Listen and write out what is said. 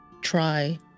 Try